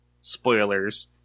spoilers